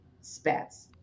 spats